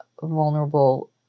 vulnerable